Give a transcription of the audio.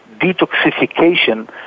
detoxification